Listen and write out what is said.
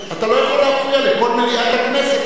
אתה לא יכול להפריע לכל מליאת הכנסת כי